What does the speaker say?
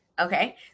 Okay